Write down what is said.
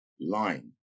line